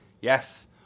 Yes